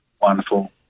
wonderful